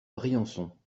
briançon